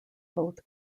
both